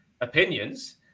opinions